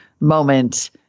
moment